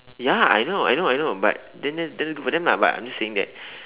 ya I know I know I know but then then then but then but but I'm just saying that